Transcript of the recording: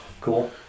cool